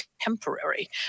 temporary